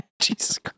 Jesus